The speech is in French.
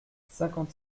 cinquante